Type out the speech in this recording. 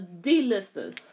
d-listers